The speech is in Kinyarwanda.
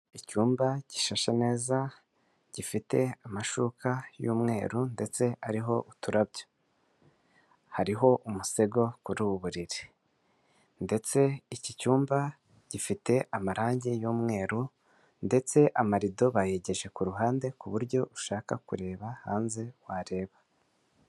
Icyumba gishashe neza gifite amashuka y'umweru ndetse ariho uturabyo, hariho umusego kuri ubu buriri ndetse iki cyumba gifite amarangi y'umweru ndetse amarido bayegeje ku ruhande kuburyo ushaka kureba hanze wareba.